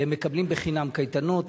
לתלמודי-התורה מקבלים בחינם קייטנות,